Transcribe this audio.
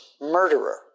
murderer